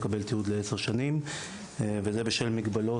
יקבל תיעוד לעשר שנים וזה בשל מגבלות